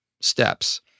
steps